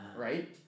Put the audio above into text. right